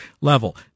level